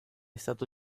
stato